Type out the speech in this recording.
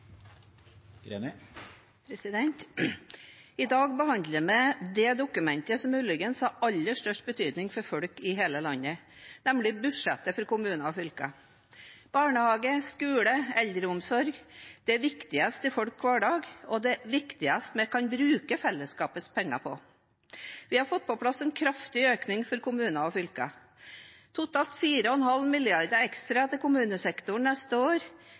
det dokumentet som muligens har aller størst betydning for folk i hele landet, nemlig budsjettet for kommuner og fylker. Barnehage, skole og eldreomsorg er viktig i folks hverdag og det viktigste vi kan bruke fellesskapets penger på. Vi har fått på plass en kraftig økning for kommunene og fylkene. Totalt 4,5 mrd. kr ekstra til kommunesektoren neste år